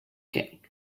king